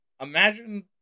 imagine